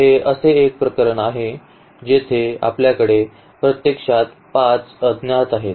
तर हे असे एक प्रकरण आहे जेथे आपल्याकडे प्रत्यक्षात 5 अज्ञात आहेत